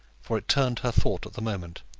for it turned her thought at the moment.